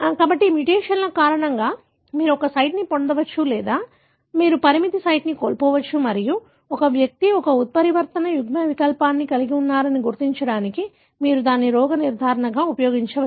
కాబట్టి మ్యుటేషన్ కారణంగా మీరు ఒక సైట్ను పొందవచ్చు లేదా మీరు పరిమితి సైట్ను కోల్పోవచ్చు మరియు ఒక వ్యక్తి ఒక ఉత్పరివర్తన యుగ్మవికల్పాన్ని కలిగి ఉన్నారని గుర్తించడానికి మీరు దానిని రోగ నిర్ధారణగా ఉపయోగించవచ్చు